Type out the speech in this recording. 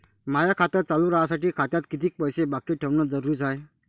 माय खातं चालू राहासाठी खात्यात कितीक पैसे बाकी ठेवणं जरुरीच हाय?